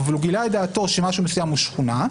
אבל הוא גילה את דעתו שמשהו מסוים הוא שכונה,